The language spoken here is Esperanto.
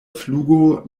flugo